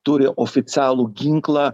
turi oficialų ginklą